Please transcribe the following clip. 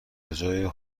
بجای